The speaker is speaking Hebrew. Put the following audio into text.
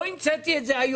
לא המצאתי את זה היום.